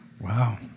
Wow